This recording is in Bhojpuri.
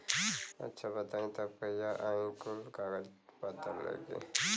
अच्छा बताई तब कहिया आई कुल कागज पतर लेके?